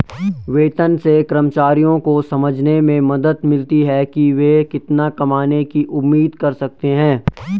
वेतन से कर्मचारियों को समझने में मदद मिलती है कि वे कितना कमाने की उम्मीद कर सकते हैं